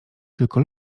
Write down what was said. tylko